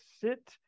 sit